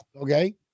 Okay